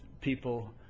people